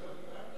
ולא דיברת?